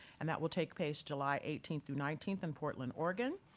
and that will take place july eighteen through nineteen in portland, oregon.